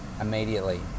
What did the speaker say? immediately